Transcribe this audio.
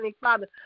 father